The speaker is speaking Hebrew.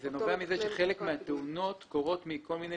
זה נובע מכך שחלק מן התאונות קורות בשל כל מיני